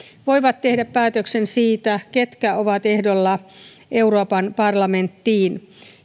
voivat tehdä päätöksensä siitä ketkä ovat ehdolla euroopan parlamenttiin